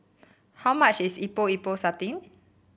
how much is Epok Epok Sardin